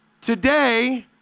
Today